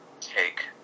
take